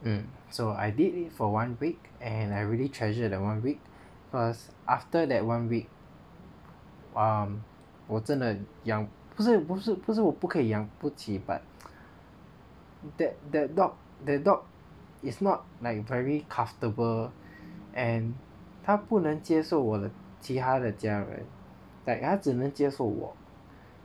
mm so I did it for one week and I really treasure that one week first after that one week um 我真的养不是不是不是我不可以养不起 but that that dog that dog is not like you very comfortable and 它不能接受我的其他的家人 [right] like 它只能接受我